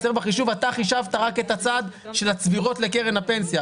אתה חישבת רק את הצד של הצבירות לקרן הפנסיה.